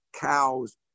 cows